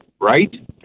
right